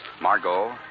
Margot